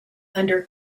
under